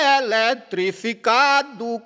eletrificado